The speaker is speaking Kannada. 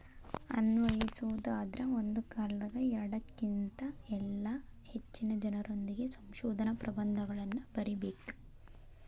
ಅನ್ವಯಿಸೊದಾದ್ರ ಒಂದ ಕಾಲದಾಗ ಎರಡಕ್ಕಿನ್ತ ಇಲ್ಲಾ ಹೆಚ್ಚಿನ ಜನರೊಂದಿಗೆ ಸಂಶೋಧನಾ ಪ್ರಬಂಧಗಳನ್ನ ಬರಿಬೇಕ್